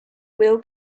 will